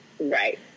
Right